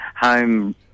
home